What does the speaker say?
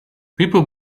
people